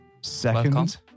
Second